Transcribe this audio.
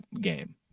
game